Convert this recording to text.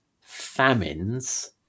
famines